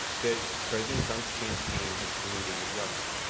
that president trump's campaign had colluded with russia.